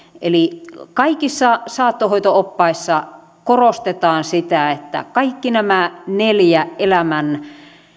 eli kaikissa saattohoito oppaissa korostetaan sitä että kaikki nämä neljä elämän